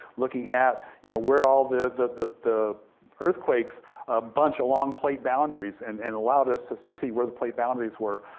looking at you know where all the the earthquakes ah bunch, along plate boundaries, and and allowed us to see where the plate boundaries were.